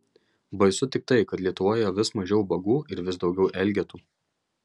baisu tik tai kad lietuvoje vis mažiau ubagų ir vis daugiau elgetų